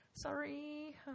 sorry